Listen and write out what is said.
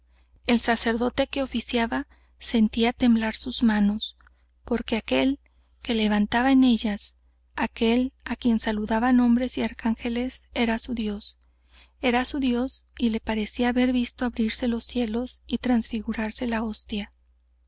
el sacerdote que oficiaba sentía temblar sus manos porque aquél que levantaba en ellas aquél á quien saludaban hombres y arcángeles era su dios era su dios y le parecía haber visto abrirse los cielos y trasfigurarse la hostia